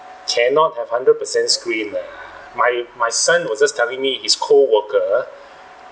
cannot have hundred percent screen lah my my son was just telling me his co-worker